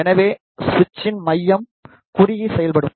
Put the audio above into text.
எனவே சுவிட்சின் மையம் குறுகி செயல்படும்